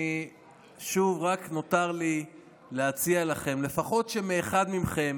שוב רק נותר לי להציע לכם שלפחות מאחד מכם